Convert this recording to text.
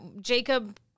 Jacob